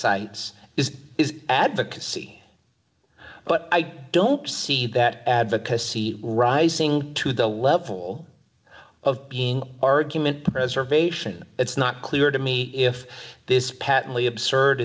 sites is is advocacy but i don't see that advocacy rising to the level of being argument preservation it's not clear to me if this patently absurd